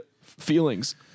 feelings